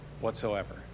whatsoever